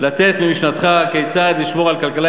לתת ממשנתך כיצד לשמור על הכלכלה